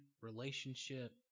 relationship